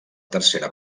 tercera